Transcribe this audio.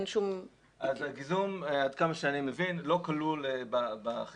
עד כמה שאני מבין הגיזום לא כלול בחקיקה,